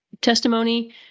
testimony